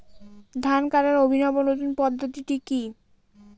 ধান কাটার অভিনব নতুন পদ্ধতিটি কি?